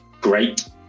great